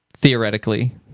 theoretically